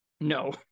No